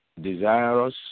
desirous